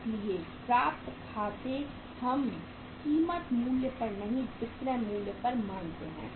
इसलिए प्राप्त खाते हम कीमत मूल्य पर नहीं विक्रय मूल्य पर मानते हैं